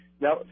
now